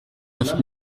neuf